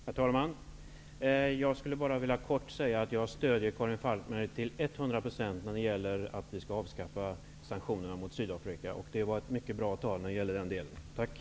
Herr talman! Jag vill bara helt kort säga att jag till 100 % stödjer Karin Falkmer när det gäller önskvärdheten av att avskaffa sanktionerna mot Sydafrika. Det var i den delen ett mycket bra tal.